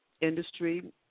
industry